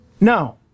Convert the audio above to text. No